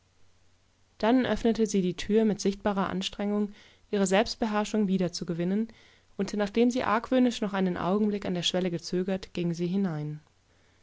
dann öffnete sie die tür mit sichtbarer anstrengung ihre selbstbeherrschung wiederzugewinnen und nachdem sie argwöhnisch noch einen augenblick an der schwellegezögert gingsiehinein mistreßtrevertonsschlafzimmerwareingroßes hohesgemachindemwestlichen